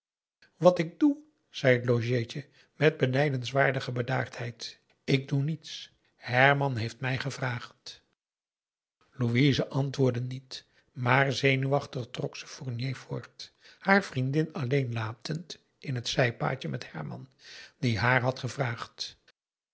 wat ik doe zei het logeetje met benijdenswaardige bedaardheid ik doe niets herman heeft mij gevraagd louise antwoordde niet maar zenuwachtig trok ze fournier voort haar vriendin alleen latend in het zijpaadje met herman die haar had gevraagd